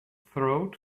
throat